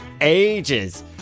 ages